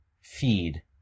feed